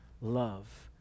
love